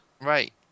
Right